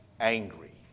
angry